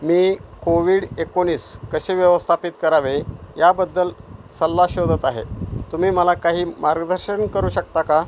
मी covid एकोणीस कसे व्यवस्थापित करावे याबद्दल सल्ला शोधत आहे तुम्ही मला काही मार्गदर्शन करू शकता का